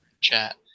chat